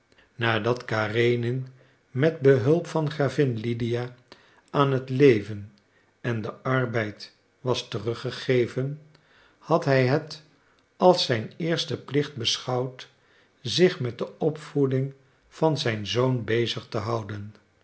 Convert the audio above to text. nadat karenin met behulp van gravin lydia aan het leven en den arbeid was teruggegeven had hij het als zijn eersten plicht beschouwd zich met de opvoeding van zijn zoon bezig te houden